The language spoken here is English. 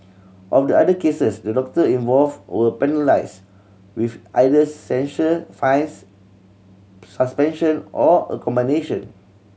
of the other cases the doctor involved were penalised with either censure fines suspension or a combination